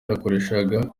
yakoreshaga